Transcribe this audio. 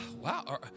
wow